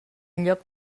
lloc